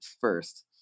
first